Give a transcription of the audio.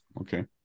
okay